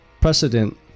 precedent